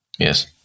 Yes